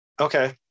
Okay